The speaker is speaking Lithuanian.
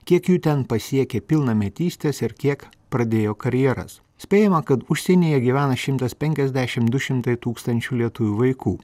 kiek jų ten pasiekė pilnametystės ir kiek pradėjo karjeras spėjama kad užsienyje gyvena šimtas penkiasdešim du šimtai tūkstančių lietuvių vaikų